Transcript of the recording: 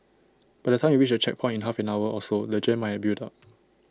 by the time you reach the checkpoint in half an hour or so the jam might have built up